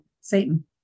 Satan